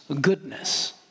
goodness